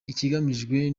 ikigamijwe